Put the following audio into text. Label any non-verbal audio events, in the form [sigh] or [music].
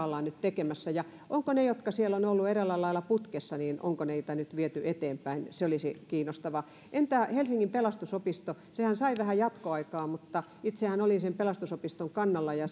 [unintelligible] ollaan nyt tekemässä onko niitä jotka siellä ovat olleet eräällä lailla putkessa nyt viety eteenpäin se olisi kiinnostavaa entä helsingin pelastusopisto sehän sai vähän jatkoaikaa itsehän olin pelastusopiston kannalla ja [unintelligible]